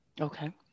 Okay